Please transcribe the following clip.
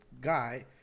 guy